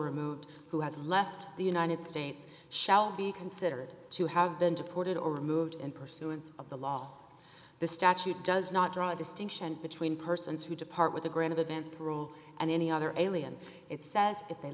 removed who has left the united states shall be considered to have been deported or removed in pursuance of the law the statute does not draw a distinction between persons who depart with a grain of events parole and any other alien it says if they